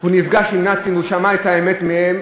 הוא נפגש עם נאצים והוא שמע את האמת מהם.